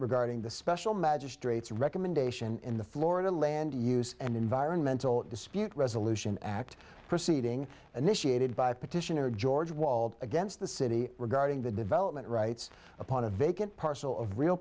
regarding the special magistrate's recommendation in the florida land use and environmental dispute resolution act proceeding initiated by petitioner george wald against the city regarding the development rights upon a vacant parcel of real